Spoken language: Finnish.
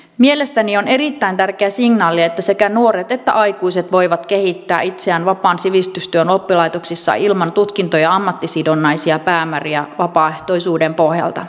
mielestäni on erittäin tärkeä signaali että sekä nuoret että aikuiset voivat kehittää itseään vapaan sivistystyön oppilaitoksissa ilman tutkinto ja ammattisidonnaisia päämääriä vapaaehtoisuuden pohjalta